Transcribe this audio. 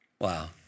Wow